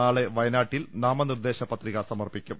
നാളെ വയനാട്ടിൽ നാമനിർദേശ പത്രിക സമർപ്പിക്കും